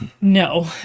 no